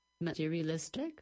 materialistic